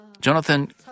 Jonathan